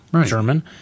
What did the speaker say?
German